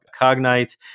Cognite